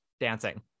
dancing